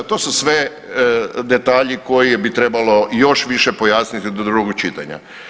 To su sve detalji koje bi trebalo još više pojasniti do drugog čitanja.